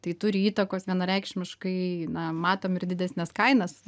tai turi įtakos vienareikšmiškai na matom ir didesnes kainas